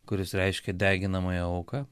kuris reiškia deginamąją auką